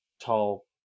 tall